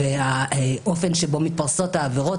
העבירות והאופן שבו מתפרסות העבירות